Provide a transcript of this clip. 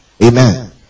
Amen